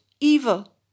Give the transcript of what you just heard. evil